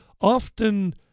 often